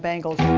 bangles.